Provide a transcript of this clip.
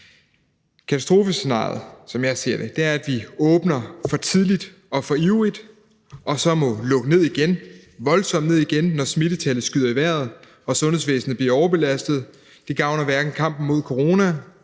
Katastrofescenariet, som jeg ser det, er, at vi åbner for tidligt og for ivrigt og så må lukke voldsomt ned igen, når smittetallet skyder i vejret og sundhedsvæsenet bliver overbelastet. Det gavner hverken kampen mod corona,